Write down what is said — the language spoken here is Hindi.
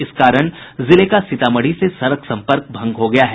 इस कारण जिले का सीतामढ़ी से सड़क सम्पर्क भंग हो गया है